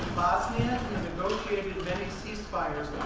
bosnia negotiated many seize fires